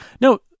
No